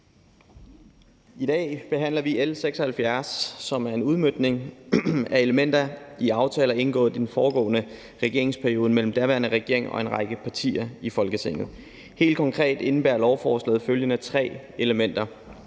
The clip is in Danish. I dag behandler vi L 76, som er en udmøntning af elementer i aftaler indgået i den foregående regeringsperiode mellem den daværende regering og en række partier i Folketinget. Helt konkret indebærer lovforslaget følgende tre elementer: